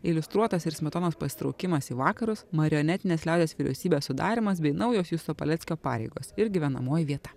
iliustruotas ir smetonos pasitraukimas į vakarus marionetinės liaudies vyriausybės sudarymas bei naujos justo paleckio pareigos ir gyvenamoji vieta